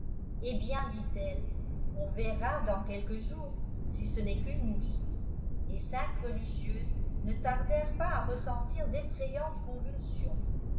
eh bien dit-elle on verra dans quelques jours si ce n'est qu'uue mouche et cinq religieuses ne tardèrent pas a ressen tir d'effrayantes convulsions